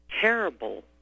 terrible